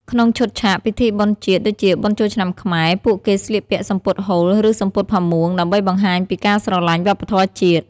ក្នុងឈុតឆាក ពិធីបុណ្យជាតិ ដូចជាបុណ្យចូលឆ្នាំខ្មែរ ពួកគេស្លៀកពាក់ សំពត់ហូល ឬសំពត់ផាមួង ដើម្បីបង្ហាញពីការស្រលាញ់វប្បធម៌ជាតិ។